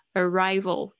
arrival